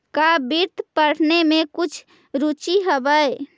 का वित्त पढ़ने में कुछ रुचि हवअ